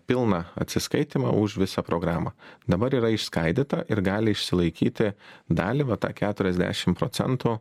pilną atsiskaitymą už visą programą dabar yra išskaidyta ir gali išsilaikyti dalį va tą keturiasdešim procentų